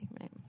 right